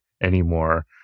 anymore